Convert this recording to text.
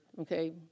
Okay